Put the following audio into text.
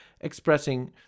expressing